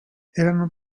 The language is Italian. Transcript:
erano